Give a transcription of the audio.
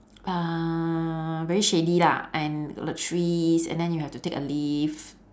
uh very shady lah and got the trees and then you have to take a lift